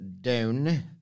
down